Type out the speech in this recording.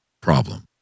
problem